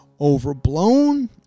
overblown